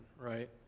right